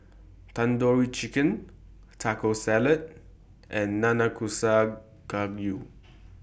Tandoori Chicken Taco Salad and Nanakusa Gayu